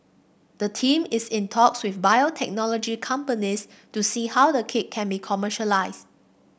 the team is in talks with biotechnology companies to see how the kit can be commercialised